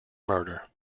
murder